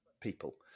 people